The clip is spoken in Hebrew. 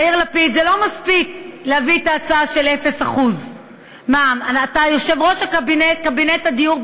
זה לא מספיק להביא את ההצעה של מע"מ 0%. אתה יושב-ראש קבינט הדיור,